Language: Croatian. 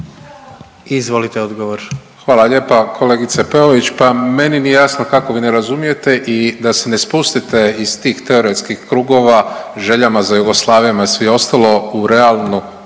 Marko (HDZ)** Hvala lijepa. Kolegice Peović, pa meni nije jasno kako vi ne razumijete i da se ne spustite iz tih teoretskih krugova i željama za Jugoslavijom i sve ostalo u realnu